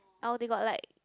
oh they got like